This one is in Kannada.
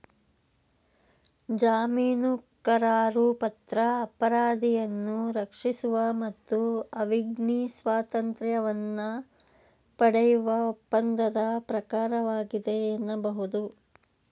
ಜಾಮೀನುಕರಾರುಪತ್ರ ಅಪರಾಧಿಯನ್ನ ರಕ್ಷಿಸುವ ಮತ್ತು ಅವ್ನಿಗೆ ಸ್ವಾತಂತ್ರ್ಯವನ್ನ ಪಡೆಯುವ ಒಪ್ಪಂದದ ಪ್ರಕಾರವಾಗಿದೆ ಎನ್ನಬಹುದು